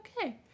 okay